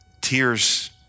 tears